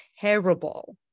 terrible